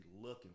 looking